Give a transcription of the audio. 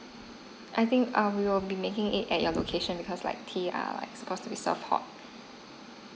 I think err we will be making it at your location because like tea are supposed to be served hot